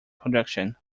production